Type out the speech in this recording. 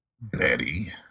Betty